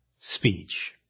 speech